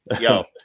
yo